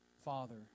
Father